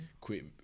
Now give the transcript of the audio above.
Quit